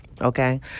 Okay